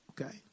Okay